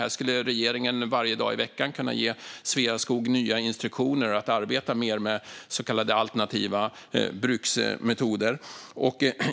Här skulle regeringen varje dag i veckan kunna ge Sveaskog nya instruktioner att arbeta mer med så kallade alternativa bruksmetoder.